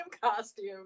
costume